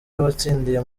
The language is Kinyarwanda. watsindiye